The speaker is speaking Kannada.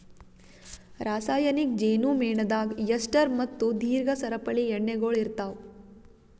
ರಾಸಾಯನಿಕ್ ಜೇನು ಮೇಣದಾಗ್ ಎಸ್ಟರ್ ಮತ್ತ ದೀರ್ಘ ಸರಪಳಿ ಎಣ್ಣೆಗೊಳ್ ಇರ್ತಾವ್